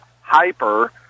hyper-